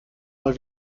mal